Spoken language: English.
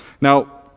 Now